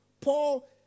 Paul